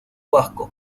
vasco